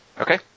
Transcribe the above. Okay